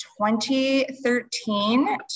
2013